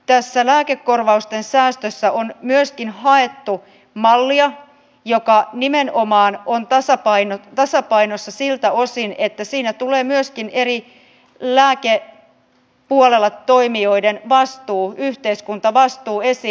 tässä lääkekorvausten säästössä on myöskin haettu mallia joka nimenomaan on tasapainossa siltä osin että siinä tulee myöskin eri lääkepuolella toimijoiden yhteiskuntavastuu esiin